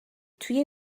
توی